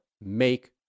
make